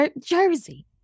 Jersey